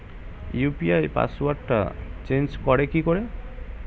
UPI পাসওয়ার্ডটা change করে কি করে?